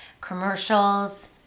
commercials